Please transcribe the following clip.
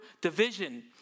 division